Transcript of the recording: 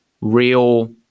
real